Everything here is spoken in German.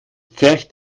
pfercht